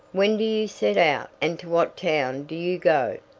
when do you set out, and to what town do you go?